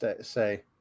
say